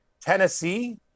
Tennessee